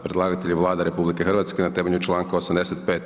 Predlagatelj je Vlada RH na temelju članka 85.